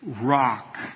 rock